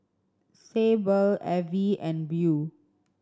Sable Avie and Beau